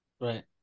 Right